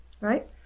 right